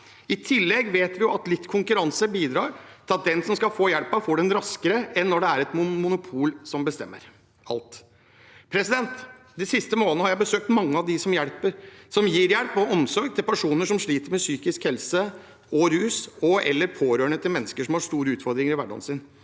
I tillegg vet vi at litt konkurranse bidrar til at den som skal få hjelpen, får den raskere enn når det er et monopol som bestemmer alt. De siste månedene har jeg besøkt mange av dem som gir hjelp og omsorg til personer som sliter med psykisk helse eller rus eller er pårørende til mennesker som har store utfordringer i hverdagen sin,